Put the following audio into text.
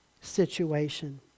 situation